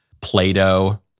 Plato